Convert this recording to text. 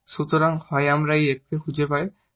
সুতরাং হয় আমরা এই f কে খুঁজে পাই